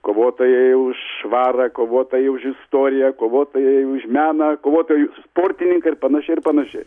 kovotojai už švarą kovotojai už istoriją kovotojai už meną kovotojai sportininkai ir panašiai ir panašiai